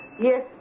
Yes